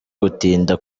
gutinda